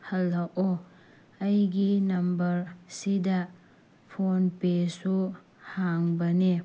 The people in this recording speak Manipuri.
ꯍꯜꯂꯛꯑꯣ ꯑꯩꯒꯤ ꯅꯝꯕꯔꯁꯤꯗ ꯐꯣꯟ ꯄꯦꯁꯨ ꯍꯥꯡꯕꯅꯦ